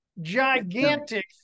gigantic